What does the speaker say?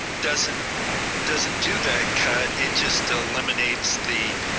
doesn't doesn't do that cut, it just eliminates the